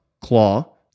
claw